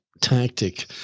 tactic